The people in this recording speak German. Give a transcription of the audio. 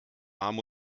arm